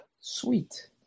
Sweet